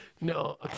No